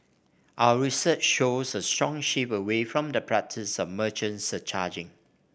our research shows a strong shift away from the practice of merchant surcharging